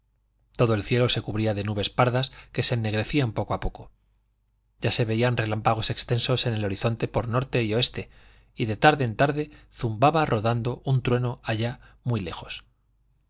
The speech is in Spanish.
todo el cielo se cubría de nubes pardas que se ennegrecían poco a poco ya se veían relámpagos extensos en el horizonte por norte y oeste y de tarde en tarde zumbaba rodando un trueno allá muy lejos